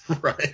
right